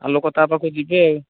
ଆ ଲୋକ ତା ପାଖକୁ ଯିବେ